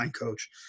coach